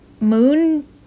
moon